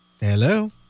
Hello